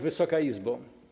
Wysoka Izbo!